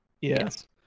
Yes